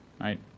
right